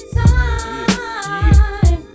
time